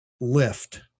lift